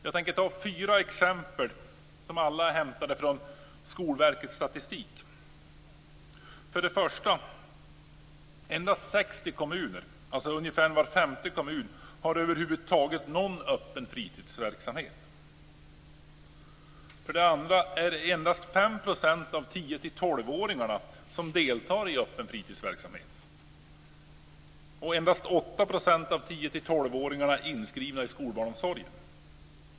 Jag tänker ta upp fyra exempel som alla är hämtade från Skolverkets statistik. 1. Endast 60 kommuner, alltså ungefär var femte kommun, har över huvud taget någon öppen fritidsverksamhet. 3. Endast 8 % av 10-12-åringarna är inskrivna i skolbarnsomsorgen.